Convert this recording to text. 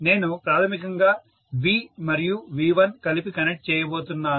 నేను ప్రాథమికంగా V మరియు V1 కలిపి కనెక్ట్ చేయబోతున్నాను